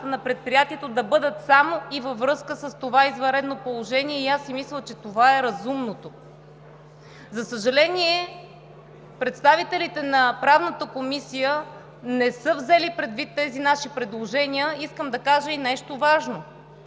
на предприятието, да бъдат само и във връзка с това извънредно положение и аз си мисля, че това е разумното. За съжаление, представителите на Правната комисия не са взели предвид тези наши предложения. Искам да кажа и нещо важно.